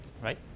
right